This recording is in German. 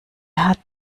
hat